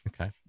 okay